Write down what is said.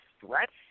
threats